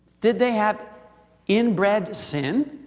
did they have inbred sin?